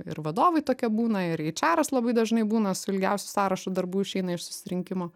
ir vadovai tokie būna ir eičeras labai dažnai būna su ilgiausiu sąrašu darbų išeina iš susirinkimo